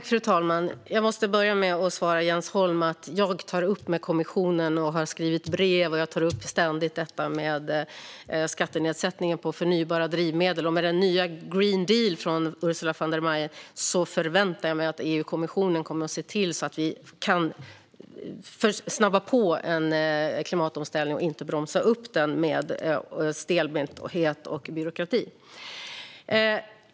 Fru talman! Jag måste börja med att svara Jens Holm att jag tar upp det med kommissionen. Jag har skrivit brev och tar ständigt upp detta med skattenedsättningen på förnybara drivmedel. Med den nya Green Deal från Ursula von der Leyen förväntar jag mig att EU-kommissionen kommer att se till att vi kan snabba på en klimatomställning och inte bromsa upp den med stelbenthet och byråkrati.